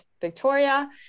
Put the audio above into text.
Victoria